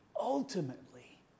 ultimately